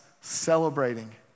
celebrating